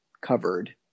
covered